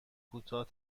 کوتاه